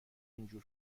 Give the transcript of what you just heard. اینجور